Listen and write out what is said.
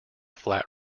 flat